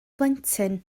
blentyn